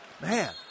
Man